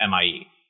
MIE